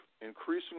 increasingly